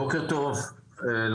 בוקר טוב לכם,